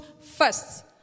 first